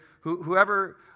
whoever